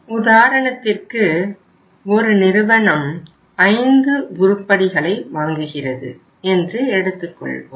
உதாரணத்திற்கு ஒரு நிறுவனம் ஐந்து உருப்படிகளை வாங்குகிறது என்று எடுத்துக்கொள்வோம்